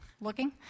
looking